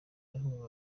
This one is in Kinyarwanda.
yavugaga